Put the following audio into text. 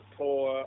poor